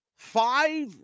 Five